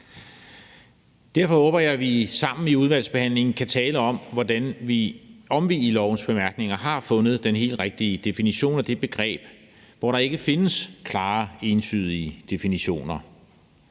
Derfor håber jeg, at vi sammen i udvalgsbehandlingen kan tale om, om vi i lovens bemærkninger har fundet den helt rigtige definition af det begreb, hvor der ikke findes klare, entydige definitioner.